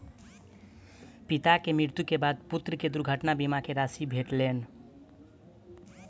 पिता के मृत्यु के बाद पुत्र के दुर्घटना बीमा के राशि भेटलैन